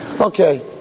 Okay